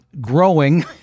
growing